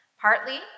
partly